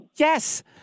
Yes